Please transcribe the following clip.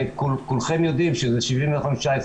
כמו שכולכם יודעים שזה 75-25%,